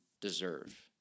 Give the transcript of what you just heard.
deserve